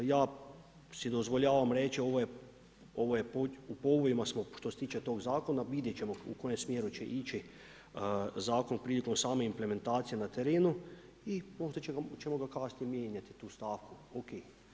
Ja si dozvoljavam reći ovo je u povojima smo što se tiče tog zakona, vidjet ćemo u kom smjeru će ići zakon prilikom same implementacije na terenu i možda ćemo ga kasnije mijenjati tu stavku ok.